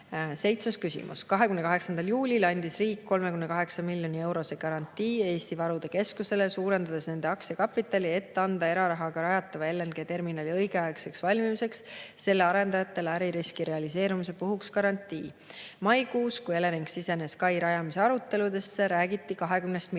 olnud. Seitsmes küsimus: "28. juulil andis riik 38 miljoni eurose garantii Eesti Varude Keskusele, suurendades nende aktsiakapitali, et anda erarahaga rajatava LNG-terminali õigeaegseks valmimiseks selle arendajatele äririski realiseerumise puhuks garantii. Maikuus, kui Elering sisenes kai rajamise aruteludesse, räägiti 20 miljonist.